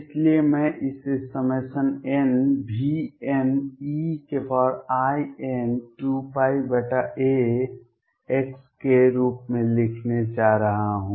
इसलिए मैं इसे nVnein2πax के रूप में लिखने जा रहा हूं